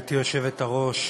גברתי היושבת-ראש,